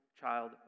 child